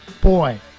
Boy